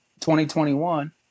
2021